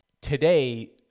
Today